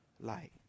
light